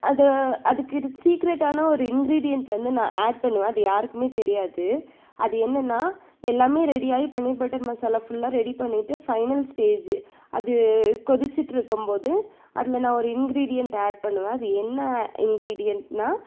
அது அதுக்கு இது சீக்ரெட்டானா ஒரு இங்கிரீடியன்ட் வந்து நான் ஆட் பண்ணுவேன் அது யாருக்கும் தெரியாது அது என்னன்னா எல்லாம் ரெடியாகி பன்னீர் பட்டர் மசாலா ஃபுல்லாக ரெடி பண்ணிவிட்டு பைனல் ஸ்டேஜ் அது கொதிச்சிட்டிருக்கும் போது அந்த நான் இங்கிரீடியன்ட் ஆட் பண்ணுவேன் அது என்ன இங்கிரீடியன்ட்டுனா